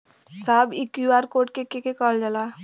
साहब इ QR code के के कहल जाला?